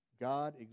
God